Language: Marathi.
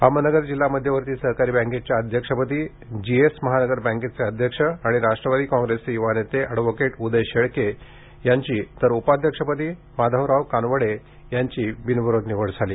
निवड अहमदनगर जिल्हा मध्यवर्ती सहकारी बँकेच्या अध्यक्षपदी जीएस महानगर बँकेचे अध्यक्ष आणि राष्ट्रवादी काँग्रेसचे यूवा नेते अॅडवोकेट उदय शेळके यांची तर उपाध्यक्षपदी माधवराव कानवडे यांची बिनविरोध निवड झाली